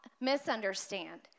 misunderstand